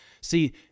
See